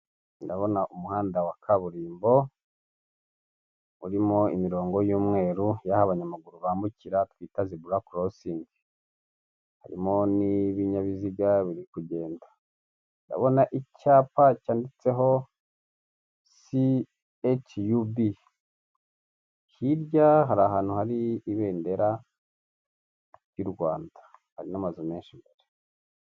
Ndabona umuhanda wa kaburimbo, urimo imirongo y'umweru yaho abanyamaguru bambukira twita zebura korosingi. Harimo n'ibinyabiziga biri kugenda, ndabona icyapa cyanditseho si heyici yu bi. Hirya hari ahantu hari ibendera ry'u Rwanda hari n'amazu menshi imbere.